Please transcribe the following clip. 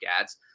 ads